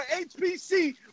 HBC